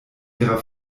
ihrer